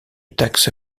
taxe